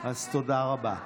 אז תודה רבה.